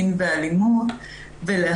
שנייה.